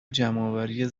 جمعآوری